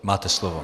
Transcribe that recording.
Máte slovo.